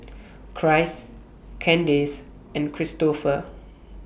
Christ Kandace and Cristofer